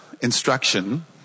instruction